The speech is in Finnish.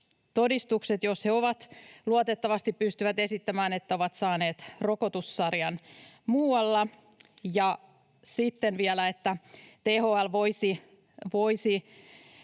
todistukset, jos he luotettavasti pystyvät esittämään, että ovat saaneet rokotussarjan muualla. Sitten vielä valtioneuvoston